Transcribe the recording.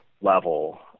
level